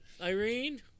Irene